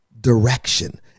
direction